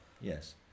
Yes